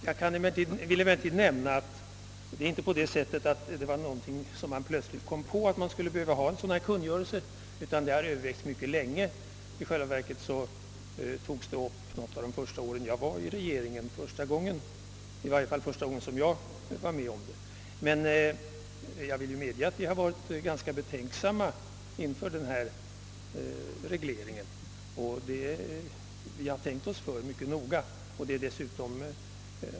Det var emellertid inte så, att man plötsligt kom på att man skulle ha en sådan kungörelse, utan saken övervägdes mycket länge. I själva verket togs frågan första gången upp något av de första åren som jag satt i regeringen. I varje fall var det då första gången jag var med om behandlingen av frågan. Jag vill emellertid medge att vi varit ganska betänksamma inför denna reglering och tänkt oss för mycket noga.